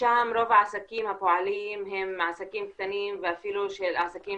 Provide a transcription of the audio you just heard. שם רוב העסקים הפועלים הם עסקים קטנים ואפילו עסקים